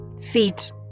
feet